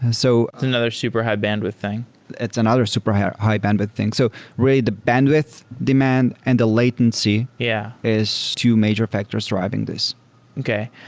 so another super high-bandwidth thing it's another super high-bandwidth thing. so really, the bandwidth demand and the latency yeah is two major factors driving this okay.